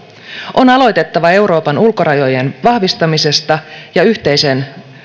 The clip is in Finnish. on aloitettava euroopan ulkorajojen vahvistamisesta ja yhteisen